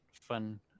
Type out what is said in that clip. fun